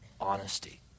honesty